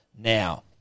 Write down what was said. Now